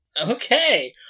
Okay